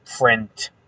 print